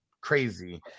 crazy